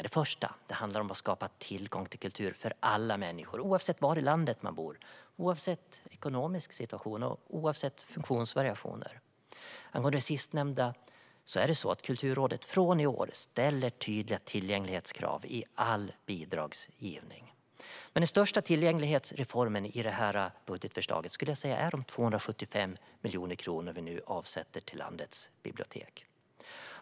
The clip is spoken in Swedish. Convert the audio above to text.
Det första handlar om att skapa tillgång till kultur för alla människor, oavsett var i landet man bor, oavsett ekonomisk situation och oavsett funktionsvariationer. Angående det sistnämnda kan jag säga att Kulturrådet från i år ställer tydliga tillgänglighetskrav i all bidragsgivning. Den största tillgänglighetsreformen i det här budgetförslaget är de 275 miljoner kronor som avsätts till landets bibliotek.